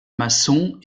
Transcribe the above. maçons